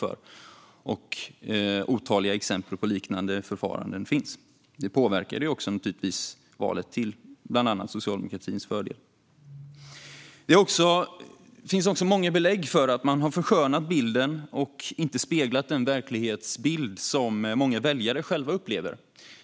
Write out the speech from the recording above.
Det finns otaliga exempel på liknande förfaranden. Detta påverkade också naturligtvis valet till fördel för bland annat socialdemokratin. Det finns också många belägg för att man har förskönat bilden och inte speglat den verklighet som många väljare själva upplever.